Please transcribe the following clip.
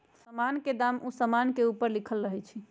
समान के दाम उ समान के ऊपरे लिखल रहइ छै